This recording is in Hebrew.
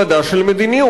היא תולדה של מדיניות,